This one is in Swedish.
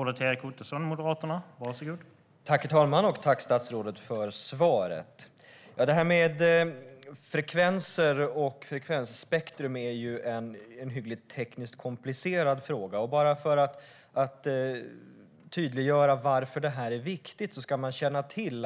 Herr talman! Tack, statsrådet, för svaret! Detta med frekvenser och frekvensspektrum är en tekniskt hyggligt komplicerad fråga. För att tydliggöra varför detta är viktigt vill jag berätta